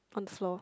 on the floor